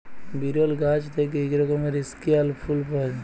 বিরল গাহাচ থ্যাইকে ইক রকমের ইস্কেয়াল ফুল পাউয়া যায়